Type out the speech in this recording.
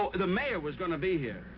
ah the mayor was going to be here,